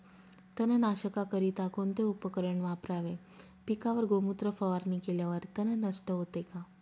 तणनाशकाकरिता कोणते उपकरण वापरावे? पिकावर गोमूत्र फवारणी केल्यावर तण नष्ट होते का?